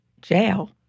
Jail